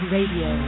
Radio